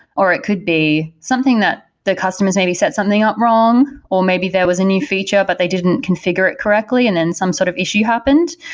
or it could be something that the customers maybe set something up wrong or maybe there was a new feature, but they didn't configure it correctly and then some sort of issue happened.